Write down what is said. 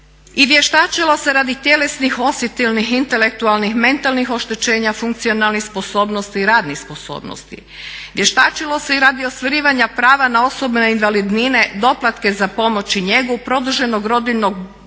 I vještačilo se radi tjelesnih, osjetilnih, intelektualnih, mentalnih oštećenja, funkcionalnih sposobnosti i radnih sposobnosti. Vještačilo se i radi ostvarivanja prava na osobne invalidnine, doplatke za pomoć i njegu, produženog rodiljenog dopusta